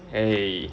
eh